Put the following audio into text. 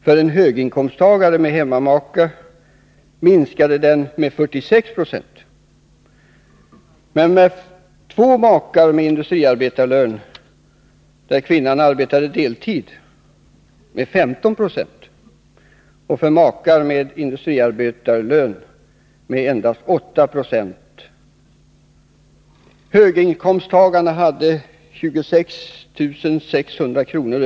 För en höginkomsttagare med hemmamaka minskade den med 46 96. Men för två makar med industriarbetarlön, där kvinnan arbetade deltid, minskade den disponibla inkomsten med 15 96, och för heltidsarbetande makar med industriarbetarlön med endast 8 0. Höginkomsttagaren fick 26 600 kr.